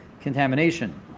contamination